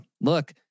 look